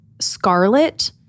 Scarlet